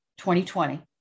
2020